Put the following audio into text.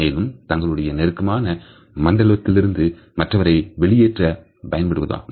மேலும் தங்களுடைய நெருக்கமான மண்டலத்திலிருந்து மற்றவரை வெளியேற்ற பயன்படுத்தப்படுவதாகும்